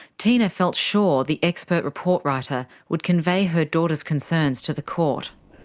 tina felt sure the expert report writer would convey her daughter's concerns to the court.